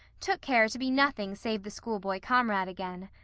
took care to be nothing save the schoolboy comrade again.